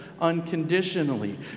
unconditionally